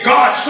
God